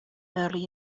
early